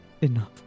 enough